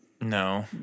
No